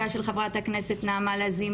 כחלק משבוע המודעות לקהילה הטרנסית כאן בכנסת,